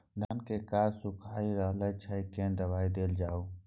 धान के कॉर सुइख रहल छैय केना दवाई देल जाऊ?